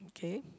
okay